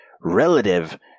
relative